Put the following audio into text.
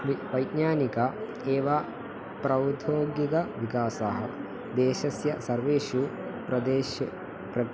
वि वैज्ञानिक एव प्रौध्योगिकविकासः देशस्य सर्वेषु प्रदेशे प्र